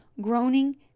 groaning